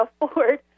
afford